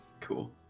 Cool